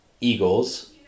Eagles